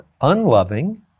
unloving